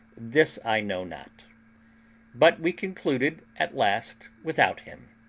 this i know not but we concluded at last without him.